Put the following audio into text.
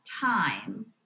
time